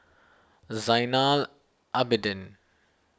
Zainal Abidin